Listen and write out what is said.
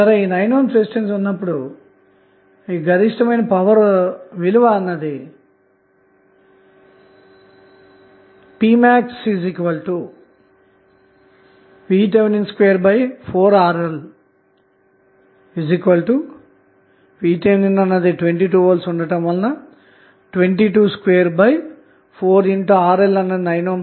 కాబట్టి 9 ohm resistance ఉన్నప్పుడు గరిష్టమైన పవర్ విలువ అన్నది pmaxVth24RL2224913